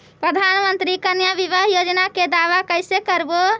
प्रधानमंत्री कन्या बिबाह योजना के दाबा कैसे करबै?